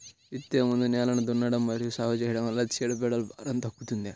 విత్తే ముందు నేలను దున్నడం మరియు సాగు చేయడం వల్ల చీడపీడల భారం తగ్గుతుందా?